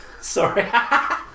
Sorry